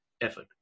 effort